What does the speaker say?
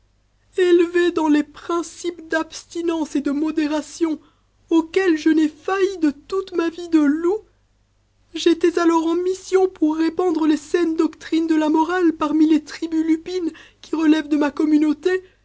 dans les prinje n'ai failli de toute ma vie de loup j'étais alors en mission pour répandre les saines doctrines de la morale parmi les tribus lupines qui relèvent do ma communauté